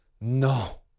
No